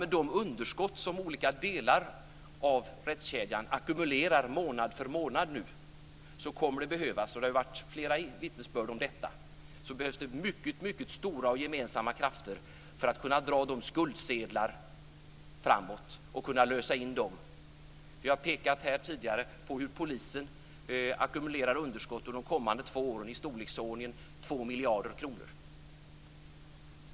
Med de underskott som olika delar av rättskedjan ackumulerar månad för månad kommer det att behövas - och det har ju varit flera vittnesbörd om detta - mycket stora och gemensamma krafter för att kunna dra skuldsedlarna framåt och lösa in dem.